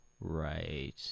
right